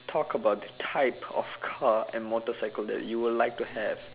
talk about the type of car and motorcycle that you would like to have